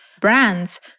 brands